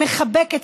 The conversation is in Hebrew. מחבקת,